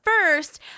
first